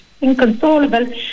inconsolable